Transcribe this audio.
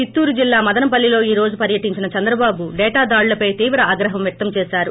చిత్తూరు జిల్లా మదనపల్లిలో ఈ రోజు పర్యటించిన చంద్రబాబు డేటా దాడులపై తీవ్ర ఆగ్రహం వ్యక్తంచేశారు